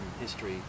history